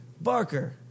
barker